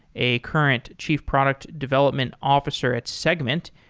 a current chief product development officer at segment,